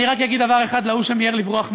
אני רק אגיד דבר אחד להוא שמיהר לברוח מהמליאה: